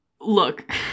Look